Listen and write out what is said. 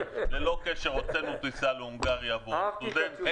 ללא קשר הוצאנו טיסה להונגריה לסטודנטים.